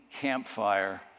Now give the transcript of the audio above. campfire